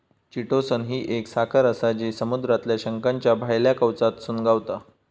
chitosan ही एक साखर आसा जी समुद्रातल्या शंखाच्या भायल्या कवचातसून गावता